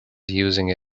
using